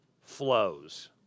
flows